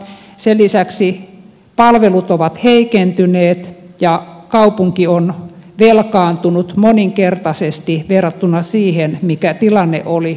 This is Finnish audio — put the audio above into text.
sen lisäksi palvelut ovat heikentyneet ja kaupunki on velkaantunut moninkertaisesti verrattuna siihen mikä tilanne oli ennen kuntaliitosta